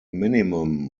minimum